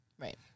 Right